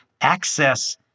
access